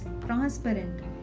transparent